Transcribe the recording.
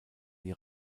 die